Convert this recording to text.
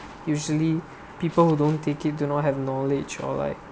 usually people who don't take it do not have knowledge or like